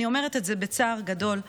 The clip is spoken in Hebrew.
אני אומרת את זה בצער גדול,